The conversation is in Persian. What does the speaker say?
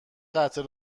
قطع